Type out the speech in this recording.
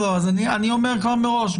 מראש,